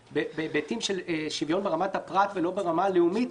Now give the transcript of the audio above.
בהיבטים של שוויון ברמת הפרט ולא ברמה הלאומית